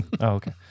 Okay